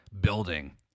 building